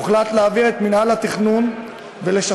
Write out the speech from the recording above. הוחלט להעביר את מינהל התכנון ולשכות